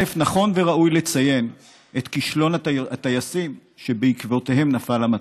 נכון וראוי לציין את כישלון הטייסים שבעקבותיהם נפל המטוס,